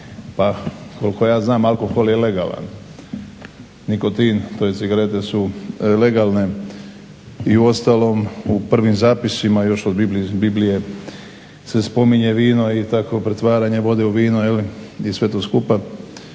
Pa koliko ja znam alkohol je legalan, nikotin tj. cigarete su legalne i uostalom u prvim zapisima još od Biblije se spominje vino i tako pretvaranje vode u vino jel' i sve to skupa.